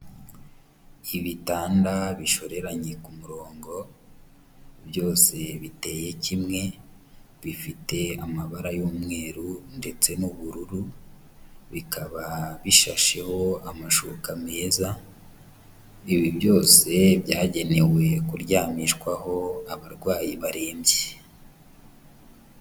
Ibitanda bishoreranye ku murongo byose biteye kimwe, bifite amabara y'umweru ndetse n'ubururu, bikaba bishasheho amashuka meza, ibi byose byagenewe kuryamishwaho abarwayi barembye.